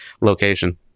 location